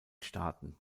staaten